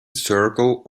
circle